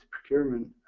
procurement